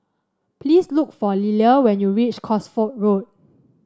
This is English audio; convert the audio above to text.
please look for Lilia when you reach Cosford Road